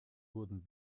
wurden